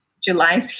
July